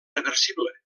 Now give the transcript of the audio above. reversible